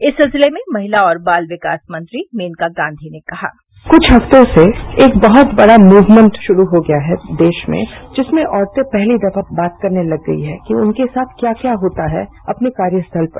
इस सिलसिले में महिला और बाल विकास मंत्री मेनका गांधी ने कहा क्ष हफ्तों से एक बहत बड़ा मुक्मेंट शुरू हो गया है देश में जिसमें औस्तें पहली दफा बात करने लग गई हैं कि उनके साथ क्या क्या होता है अपने कार्यस्थल पर